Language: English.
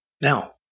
Now